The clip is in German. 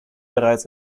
bereits